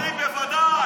אנחנו משתגעים, בוודאי.